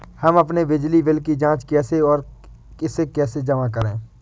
हम अपने बिजली बिल की जाँच कैसे और इसे कैसे जमा करें?